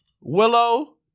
Willow